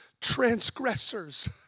transgressors